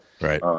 Right